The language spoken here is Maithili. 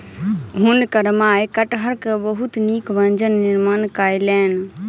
हुनकर माई कटहरक बहुत नीक व्यंजन निर्माण कयलैन